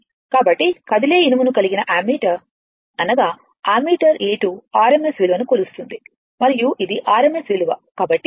కాబట్టి కదిలే ఇనుము కలిగిన అమ్మీటర్ అనగా అమ్మీటర్ A2 RMS విలువను కొలుస్తుంది మరియు ఇది RMS విలువ